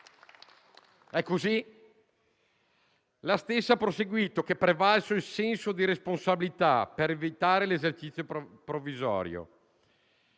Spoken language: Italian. È così? La stessa ha proseguito dicendo che è prevalso il senso di responsabilità per evitare l'esercizio provvisorio.